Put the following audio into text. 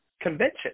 convention